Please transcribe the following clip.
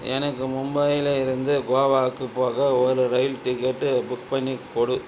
எனக்கு மும்பையில இருந்து கோவாவுக்கு போக ஒரு ரயில் டிக்கெட் புக் பண்ணி கொடு